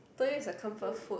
don't use a comfort food